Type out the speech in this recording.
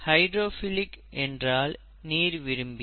hydrophilic என்றால் நீர் விரும்பி